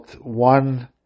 one